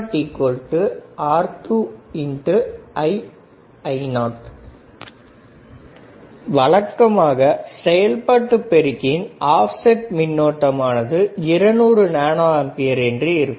V0R2 வழக்கமாக செயல்பாட்டு பெருக்கியின் ஆப்செட் மின்னோட்டம் ஆனது 200 நானோ ஆம்பியர் என்று இருக்கும்